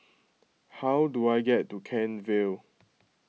how do I get to Kent Vale